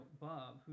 Bob